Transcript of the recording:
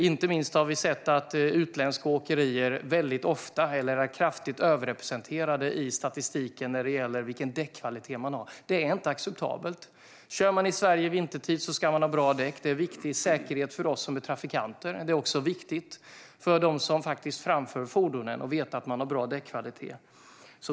Inte minst har vi sett att utländska åkerier är kraftigt överrepresenterade i statistiken när det gäller däckkvalitet. Det är inte acceptabelt. Kör man i Sverige vintertid ska man ha bra däck. Det är en viktig säkerhet för trafikanterna. Det är också viktigt för dem som faktiskt framför fordonen att veta att fordonet har bra däckkvalitet.